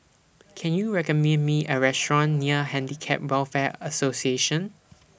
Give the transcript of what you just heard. Can YOU recommend Me A Restaurant near Handicap Welfare Association